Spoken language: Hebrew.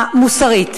המוסרית?